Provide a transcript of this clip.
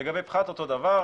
לגבי פחת אותו דבר,